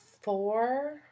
four